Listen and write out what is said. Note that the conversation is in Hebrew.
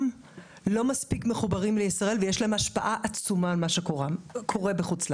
לא מספיק מחוברים לישראל ויש להם השפעה עצומה על מה שקורה בחוץ-לארץ.